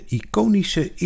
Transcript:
iconische